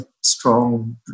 strong